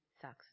sucks